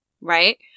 Right